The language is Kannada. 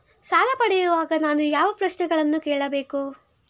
ಸಾಲ ಪಡೆಯುವಾಗ ನಾನು ಯಾವ ಪ್ರಶ್ನೆಗಳನ್ನು ಕೇಳಬೇಕು?